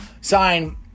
sign –